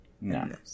No